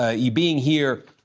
ah you being here.